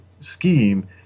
scheme